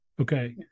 Okay